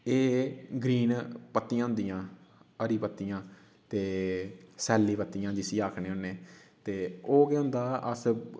एह् ग्रीन पत्तियां होंदिया हरी पत्तियां ते सैल्ली पत्तियां जिसी आखने होन्ने ते ओह् केह् होंदा अस